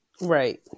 Right